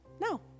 no